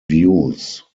views